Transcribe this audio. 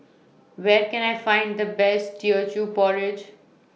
Where Can I Find The Best Teochew Porridge